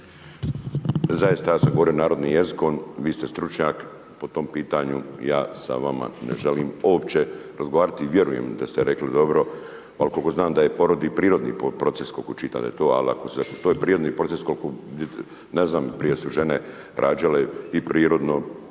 Zaista ja sad govorim narodnim jezikom. Vi ste stručnjak po tom pitanju, ja sa vama ne želim uopće razgovarati i vjerujem da ste rekli dobro, ali koliko znam da je porod i prirodni proces, koliko čitam. Ali ako se to. Dakle, to je prirodni proces koliko, ne znam, prije su žene rađale i prirodno